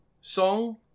song